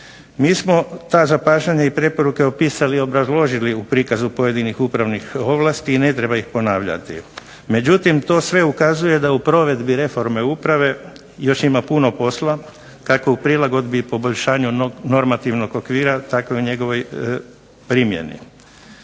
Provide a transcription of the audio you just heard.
Mi smo ta zapažanja i preporuke opisali i obrazložili u prikazu pojedinih upravnih ovlasti i ne treba ih ponavljati. Međutim, to sve ukazuje da u provedbi reforme uprave još ima puno posla kako u prilagodbi i poboljšanju normativnog okvira, tako i njegovoj primjeni.